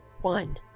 one